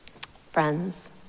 Friends